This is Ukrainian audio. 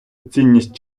цінність